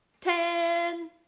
Ten